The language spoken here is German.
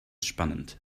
spannend